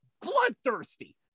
bloodthirsty